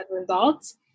results